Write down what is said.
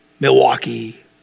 Milwaukee